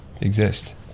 Exist